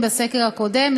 בסקר הקודם,